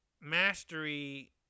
mastery